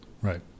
right